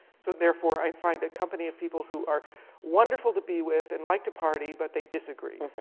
so therefore, i find a company of people who are wonderful to be with and like to party, but they disagree.